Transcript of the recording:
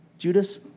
Judas